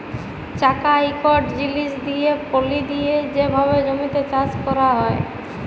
চাকা ইকট জিলিস দিঁয়ে পলি দিঁয়ে যে ভাবে জমিতে চাষ ক্যরা হয়